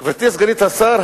גברתי סגנית השר,